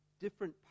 different